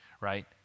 right